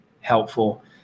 helpful